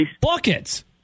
buckets